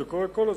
זה קורה כל הזמן,